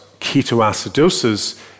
ketoacidosis